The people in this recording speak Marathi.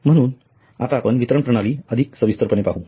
म्हणून आता आपण वितरण प्रणाली अधिक विस्तृतपणे पाहू